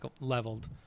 leveled